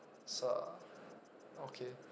is uh okay